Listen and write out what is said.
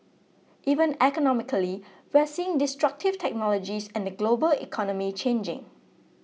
even economically we're seeing destructive technologies and the global economy changing